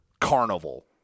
carnival